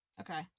okay